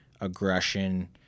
aggression